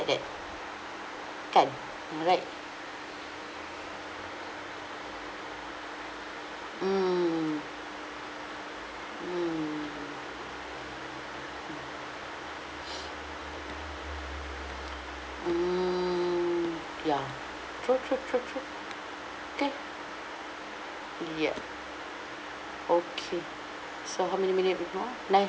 like that kan ah like mm mm mm ya true true true true okay ya okay so how many minutes more nine